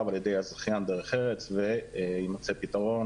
על ידי הזכיין דרך ארץ ויימצא פתרון,